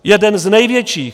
Jeden z největších.